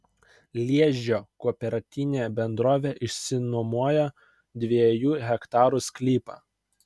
liežio kooperatinė bendrovė išsinuomojo dviejų hektarų sklypą